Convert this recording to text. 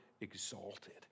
exalted